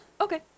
Okay